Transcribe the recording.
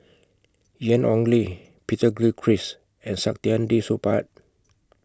Ian Ong Li Peter Gilchrist and Saktiandi Supaat